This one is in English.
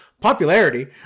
Popularity